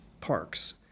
parks